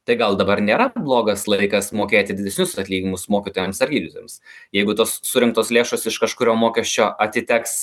tai gal dabar nėra blogas laikas mokėti didesnius atlyginimus mokytojams ar gydytojams jeigu tos surinktos lėšos iš kažkurio mokesčio atiteks